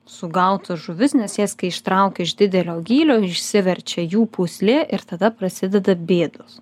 sugautas žuvis nes jas kai ištraukia iš didelio gylio išsiverčia jų pūslė ir tada prasideda bėdos